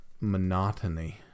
monotony